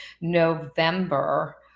November